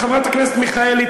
חברת הכנסת מיכאלי,